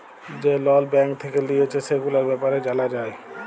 যে লল ব্যাঙ্ক থেক্যে লিয়েছে, সেগুলার ব্যাপারে জালা যায়